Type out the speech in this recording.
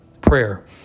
Prayer